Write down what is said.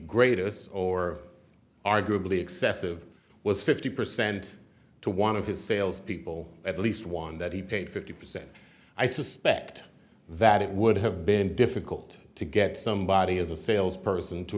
greatest or arguably excessive was fifty percent to one of his salespeople at least one that he paid fifty percent i suspect that it would have been difficult to get somebody as a sales person to